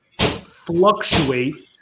fluctuates